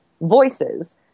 voices